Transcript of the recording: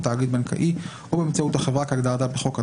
תאגיד בנקאי או באמצעות החברה כהגדרתה בחוק הדואר,